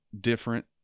different